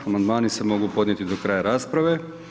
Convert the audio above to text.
Amandmani se mogu podnijeti do kraja rasprave.